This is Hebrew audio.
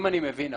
אם אני מבין נכון,